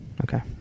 Okay